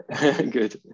good